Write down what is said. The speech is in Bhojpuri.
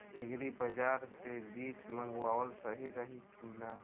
एग्री बाज़ार से बीज मंगावल सही रही की ना?